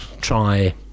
try